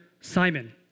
Simon